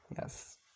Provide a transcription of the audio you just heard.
Yes